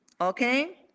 okay